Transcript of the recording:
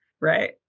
Right